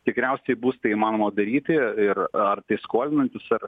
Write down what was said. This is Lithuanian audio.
tikriausiai bus tai įmanoma daryti ir ar tai skolinantis ar